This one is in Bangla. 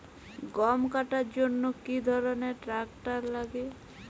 গম কাটার জন্য কি ধরনের ট্রাক্টার লাগে?